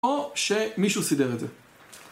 או שמישהו סידר את זה